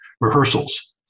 rehearsals